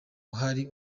ahari